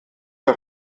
der